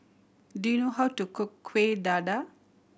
do you know how to cook Kueh Dadar